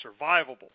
survivable